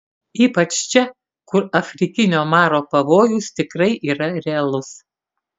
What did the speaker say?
ypač čia kur afrikinio maro pavojus tikrai yra realus